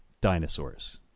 dinosaurs